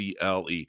CLE